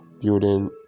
building